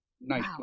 Nice